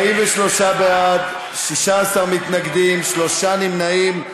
43 בעד, 16 מתנגדים, שלושה נמנעים.